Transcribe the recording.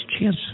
chance